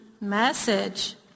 message